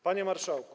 Panie Marszałku!